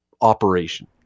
operation